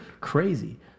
Crazy